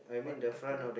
what talking